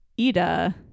Ida